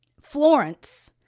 Florence